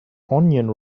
onion